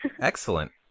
Excellent